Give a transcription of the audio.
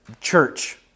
church